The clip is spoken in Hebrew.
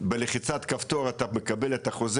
בלחיצת כפתור אתה מקבל את החוזה,